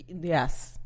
Yes